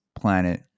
planet